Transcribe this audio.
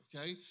okay